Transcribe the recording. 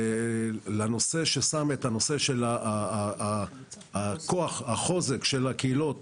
לנושא ששם את הנושא של הכוח, החוזק של הקהילות